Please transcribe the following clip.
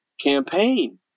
campaign